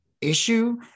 issue